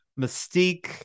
Mystique